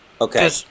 Okay